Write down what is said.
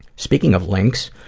speaking of links,